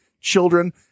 children